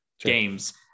games